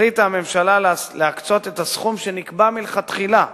החליטה הממשלה להקצות את הסכום שנקבע מלכתחילה,